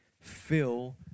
fill